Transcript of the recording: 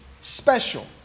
special